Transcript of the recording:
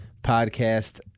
podcast